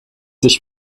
sich